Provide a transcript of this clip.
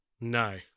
No